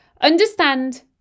Understand